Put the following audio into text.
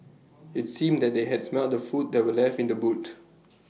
IT seemed that they had smelt the food that were left in the boot